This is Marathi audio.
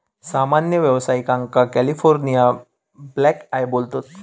सामान्य व्यावसायिकांका कॅलिफोर्निया ब्लॅकआय बोलतत